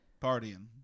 partying